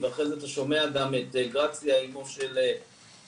ואחרי זה אתה שומע את גרציה, אמו של שגיא.